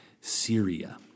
Syria